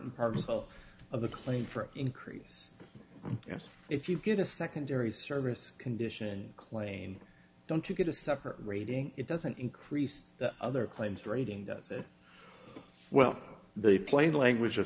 and parcel of the claim for an increase yes if you get a secondary service condition clane don't you get a separate rating it doesn't increase the other claims rating does it well the plain language o